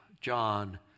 John